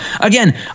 again